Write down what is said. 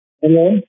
Hello